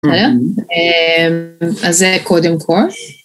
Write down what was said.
הלאה? אז זה קודם כל.